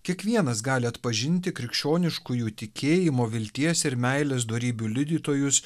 kiekvienas gali atpažinti krikščioniškųjų tikėjimo vilties ir meilės dorybių liudytojus